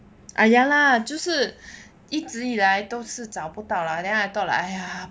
ah ya lah 就是一直以来都是找不到 lah then I thought like !aiya!